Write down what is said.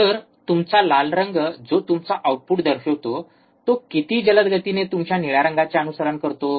तर तुमचा लाल रंग जो तुमचा आउटपुट दर्शवतो तो किती जलद गतीने तुमच्या निळ्या रंगाचे अनुसरण करतो